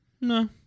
no